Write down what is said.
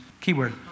keyword